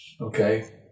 okay